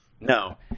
No